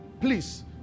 Please